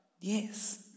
yes